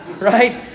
Right